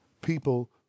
People